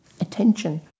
attention